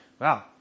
wow